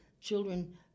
children